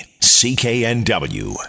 CKNW